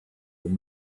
that